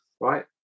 right